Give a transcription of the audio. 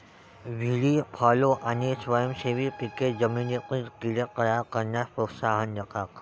व्हीडी fallow आणि स्वयंसेवी पिके जमिनीतील कीड़े तयार करण्यास प्रोत्साहन देतात